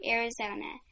Arizona